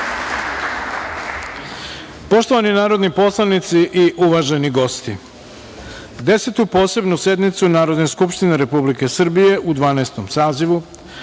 goste. Poštovani narodni poslanici i uvaženi gosti, Desetu posebnu sednicu Narodne skupštine Republike Srbije u Dvanaestom